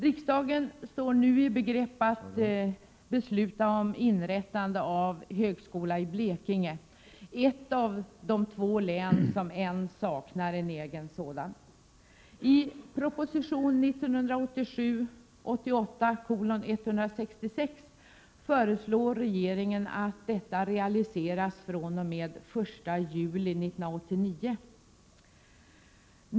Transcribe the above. Riksdagen står nu i begrepp att besluta om inrättande av en högskola i Blekinge, ett av de två län som ännu saknar en egen sådan. I proposition 1987/88:166 föreslår regeringen att detta förslag realiseras fr.o.m. den 1 juli 1989.